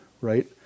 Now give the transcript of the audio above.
right